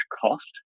cost